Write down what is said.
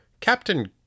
Captain